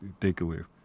takeaway